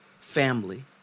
family